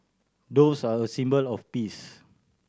doves are a symbol of peace